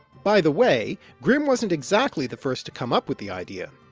by the way, grimm wasn't exactly the first to come up with the idea.